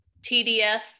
TDS